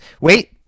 wait